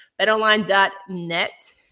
Betonline.net